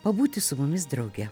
pabūti su mumis drauge